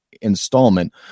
installment